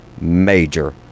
major